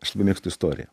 aš labai mėgstu istoriją